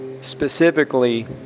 specifically